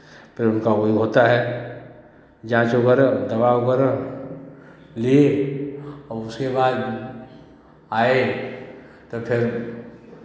फिर उनका वो होता है जाँच वगैरह दवा वगैरह लिए उसके बाद आए तब फिर